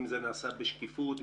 אם זה נעשה בשקיפות?